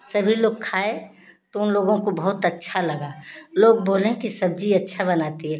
सभी लोग खाए तो उन लोगों को बहुत अच्छा लगा लोग बोलें कि सब्जी अच्छा बनाती है